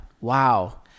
Wow